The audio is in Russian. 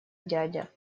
дядя